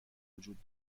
وجود